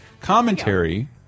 Commentary